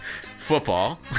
football